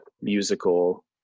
musical